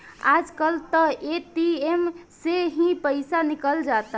आज कल त ए.टी.एम से ही पईसा निकल जाता